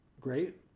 great